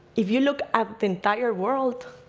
if you look at the entire world,